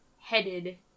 headed